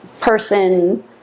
person